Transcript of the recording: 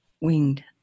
winged